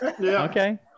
Okay